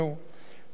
"ציונים אכזריים,